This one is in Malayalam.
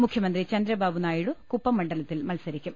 മുഖ്യ മന്ത്രി ചന്ദ്രബാബു നായിഡു കുപ്പം മണ്ഡലത്തിൽ മത്സരിക്കും